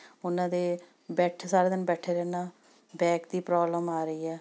ਉਹਨਾਂ ਦੇ ਬੈਠ ਸਾਰੇ ਦਿਨ ਬੈਠੇ ਰਹਿਣਾ ਬੈਕ ਦੀ ਪ੍ਰੋਬਲਮ ਆ ਰਹੀ ਹੈ